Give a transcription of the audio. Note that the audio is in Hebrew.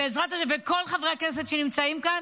ולכל חברי הכנסת שנמצאים כאן.